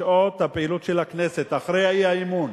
הפעילות של הכנסת, אחרי האי-אמון.